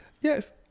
Yes